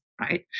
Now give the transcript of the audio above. right